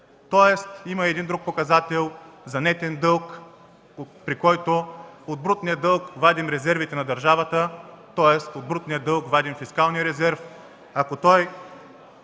лв. Има един друг показател за нетен дълг, при който от брутния дълг вадим резервите на държавата, тоест от брутния дълг вадим фискалния резерв.